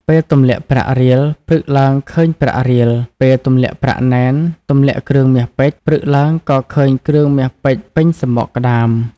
ពេលទម្លាក់ប្រាក់រៀលព្រឹកឡើងឃើញប្រាក់រៀល ពេលទម្លាក់ប្រាក់ណែនទម្លាក់គ្រឿងមាសពេជ្រ ព្រឹកឡើងក៏ឃើញគ្រឿងមាសពេជ្រពេញសំបកក្ដាម។